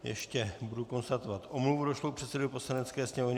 Ještě budu konstatovat omluvu došlou předsedovi Poslanecké sněmovny.